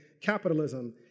capitalism